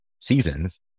seasons